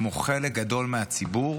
כמו חלק גדול מהציבור,